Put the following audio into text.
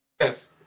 Yes